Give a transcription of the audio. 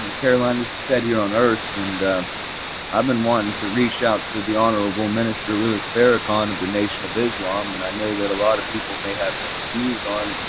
carolina this is ted here on earth and a i've been wanting to reach out to the honorable minister louis farrakhan of the nation of islam and i know that a lot of people may have mixed views on,